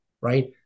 right